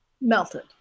melted